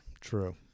True